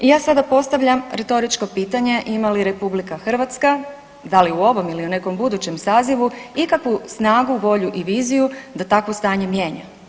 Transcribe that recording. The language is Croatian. I ja sada postavljam retoričko pitanje, ima li RH da li u ovom ili u nekom budućem sazivu ikakvu snagu, volju i viziju da takvo stanje mijenja?